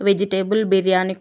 vegetable biryani